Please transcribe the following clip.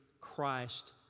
Christ